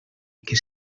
que